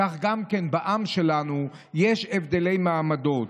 כך גם בעם שלנו יש הבדלי מעמדות.